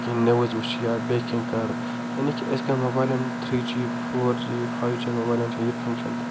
کیٚنہہ نِوٕز وٕچھِ یا بیٚیہِ کیٚنہہ کَرٕ یعنی کہِ أزکٮ۪ن موبایِلَن three G four G five G موبایِلَن چھِ یہِ فَنٛکشَن تہِ